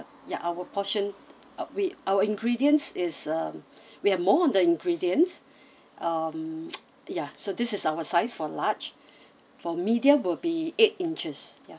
ya our portion we our ingredients is um we have more of the ingredients um ya so this is our size for large for medium will be eight inches ya